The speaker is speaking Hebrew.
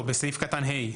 לא, בסעיף קטן (ה).